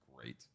great